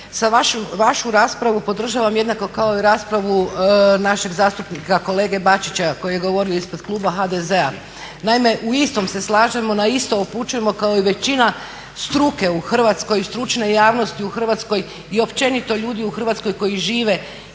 vašu raspravu podržavam jednako kao i raspravu našeg zastupnika kolege Bačića koji je govorio ispred kluba HDZ-a. Naime, u istom se slažemo, na isto upućujemo kao i većina struke u Hrvatskoj i stručne javnosti u Hrvatskoj i općenito ljudi u Hrvatskoj koji žive